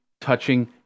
touching